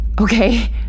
okay